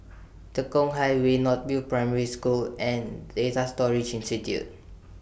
Tekong Highway North View Primary School and Data Storage Institute